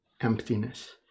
Emptiness